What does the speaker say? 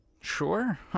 sure